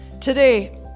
Today